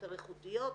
יותר איכותיות.